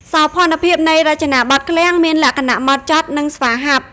សោភ័ណភាពនៃរចនាបថឃ្លាំងមានលក្ខណៈហ្មត់ចត់ និងស្វាហាប់។